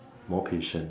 more patient